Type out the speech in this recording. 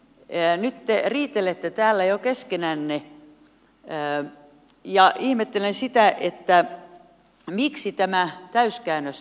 nyt te riitelette täällä jo keskenänne ja ihmettelen sitä miksi tämä täyskäännös juuri nyt